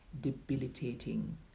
debilitating